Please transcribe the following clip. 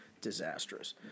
disastrous